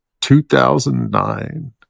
2009